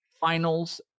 finals